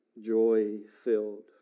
joy-filled